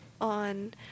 on